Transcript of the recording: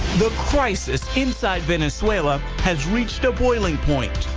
the crisis inside venezuela has reached a boiling point.